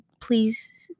Please